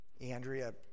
Andrea